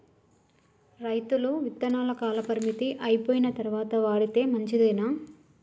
రైతులు విత్తనాల కాలపరిమితి అయిపోయిన తరువాత వాడితే మంచిదేనా?